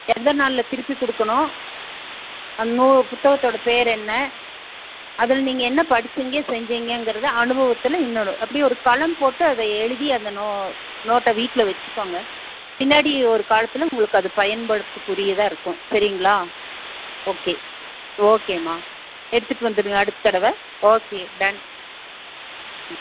எத்தன் நாளில் திருப்பி கொடுக்கணும் அன்ட் நூ புத்தகத்தோட பேர் என்ன அதில் நீங்கள் என்ன படிச்சிங்க செஞ்சிங்கங்கிறத அனுபவத்தில் இன்னொரு அப்படியே ஒரு காளம் போட்டு அதை போட்டு அந்த நோ நோட்டை வீட்டில் வச்சுக்கோங்க பின்னாடி ஒரு காலத்தில் உங்களுக்கு அது பயன்படுத்தக்குரியதாக இருக்கும் சரிங்களா ஓகே ஓகேம்மா எடுத்துகிட்டு வந்துவிடுங்க அடுத்த தடவை ஓகே டன் ம்